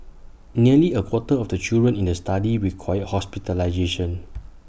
nearly A quarter of the children in the study required hospitalisation